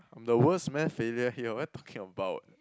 I'm the worse math failure here what you talking about